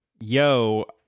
yo